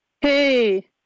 Hey